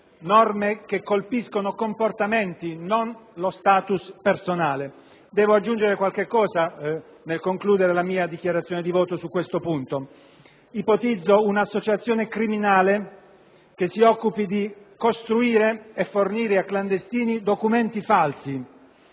norme che colpiscono comportamenti, non lo *status* personale. Devo aggiungere qualcosa nel concludere la mia dichiarazione di voto su questo punto. Ipotizzo un'associazione criminale che si occupi di produrre e fornire a clandestini documenti falsi.